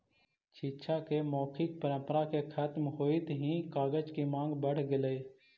शिक्षा के मौखिक परम्परा के खत्म होइत ही कागज के माँग बढ़ गेलइ